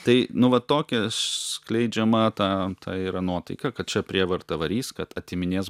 tai nu va tokia skleidžiama ta ta yra nuotaika kad čia prievarta varys kad atiminės